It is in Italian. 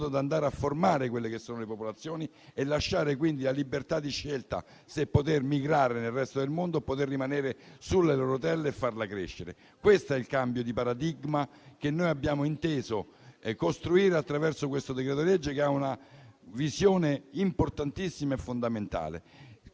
da andare a formare le popolazioni e lasciare loro la libertà di scelta se migrare nel resto del mondo o rimanere nelle loro terre e farle crescere. Questo è il cambio di paradigma che abbiamo inteso costruire attraverso questo decreto-legge, che ha una visione importantissima e fondamentale.